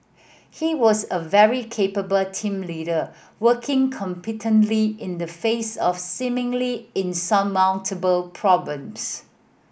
he was a very capable team leader working competently in the face of seemingly insurmountable